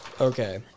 Okay